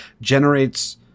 generates